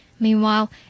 Meanwhile